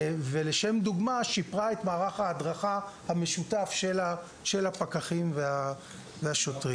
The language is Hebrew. ולשם דוגמה: שיפרה את מערך ההדרכה המשותף של הפקחים והשוטרים.